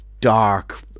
dark